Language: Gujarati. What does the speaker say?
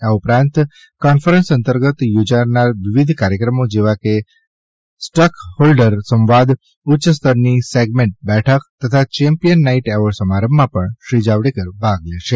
આ ઉપરાંત કોન્ફરન્સ અંતર્ગત યોજાનાર વિવિધ કાર્યક્રમો જેવા કે સ્ટેકહોલ્ડર સંવાદ ઉચ્યસ્તરની સેગમેન્ટ બેઠક તથા ચેમ્પિયન નાઇટ એવોર્ડ સમારંભમાં પણ શ્રી જાવડેકર ભાગ લેશે